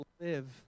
live